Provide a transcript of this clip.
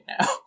now